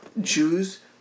Jews